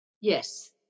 Yes